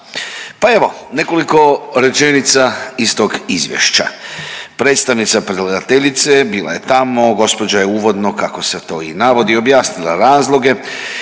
Pa evo nekoliko rečenica iz tog izvješća, predstavnica predlagateljice bila je tamo gospođa, je uvodno kako se to i navodi objasnila razloge